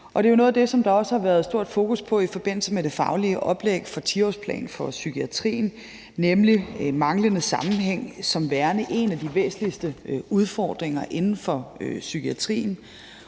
Det er jo noget af det, som der også har været et stort fokus på i forbindelse med det faglige oplæg for 10-årsplan for psykiatrien, nemlig manglende sammenhæng, som ses som værende en af de væsentligste udfordringer inden for psykiatrien.